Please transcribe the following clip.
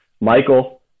Michael